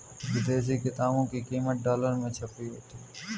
विदेशी किताबों की कीमत डॉलर में छपी होती है